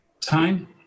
time